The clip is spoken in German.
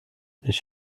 ich